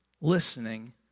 listening